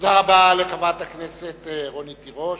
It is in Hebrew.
תודה רבה לחברת הכנסת רונית תירוש.